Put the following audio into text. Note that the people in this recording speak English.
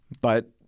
But-